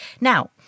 Now